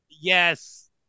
Yes